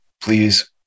please